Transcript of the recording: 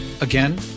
Again